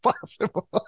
possible